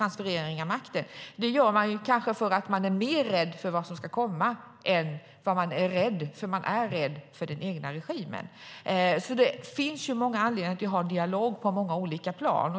Det gör man kanske därför att man är mer rädd för vad som ska komma än för den egna regimen - för man är rädd för den. Det finns många anledningar till att vi har en dialog på många olika plan.